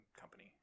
company